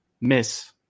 Miss